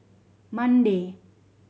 Monday